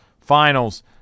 Finals